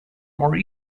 more